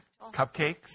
cupcakes